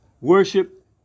worship